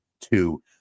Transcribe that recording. two